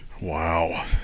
Wow